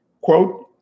Quote